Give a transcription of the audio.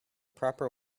proper